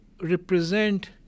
represent